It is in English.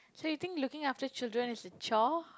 so you think looking after children is a chore